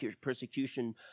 persecution